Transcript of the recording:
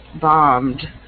bombed